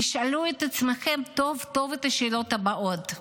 תשאלו את עצמכם טוב טוב את השאלות הבאות: